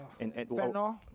Fentanyl